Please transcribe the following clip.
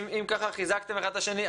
אם ככה חיזקתם אחד את השני,